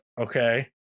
okay